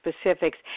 specifics